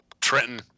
Trenton